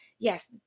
Yes